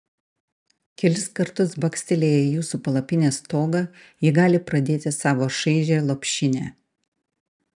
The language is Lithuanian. kelis kartus bakstelėję į jūsų palapinės stogą jie gali pradėti savo šaižią lopšinę